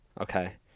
Okay